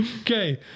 Okay